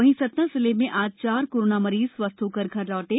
वहीं सतना जिले में आज चार कोरोना मरीज स्वस्थ होकर घर लौटे